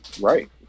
right